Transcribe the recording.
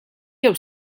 jew